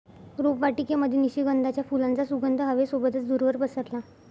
रोपवाटिकेमध्ये निशिगंधाच्या फुलांचा सुगंध हवे सोबतच दूरवर पसरला